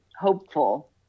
hopeful